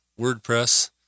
WordPress